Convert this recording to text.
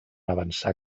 avançar